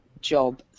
job